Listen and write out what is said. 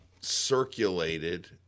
circulated